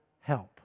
help